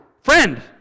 Friend